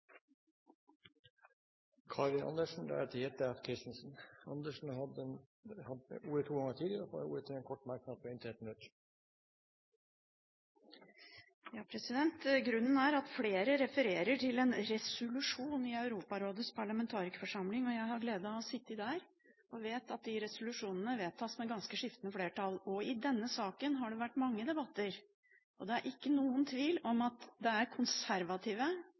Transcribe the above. Karin Andersen har hatt ordet to ganger tidligere og får ordet til en kort merknad, begrenset til 1 minutt. Flere refererer til en resolusjon i Europarådets parlamentarikerforsamling. Jeg har gleden av å ha sittet der og vet at de resolusjonene vedtas med ganske skiftende flertall. I denne saken har det vært mange debatter, og det er ingen tvil om at det er konservative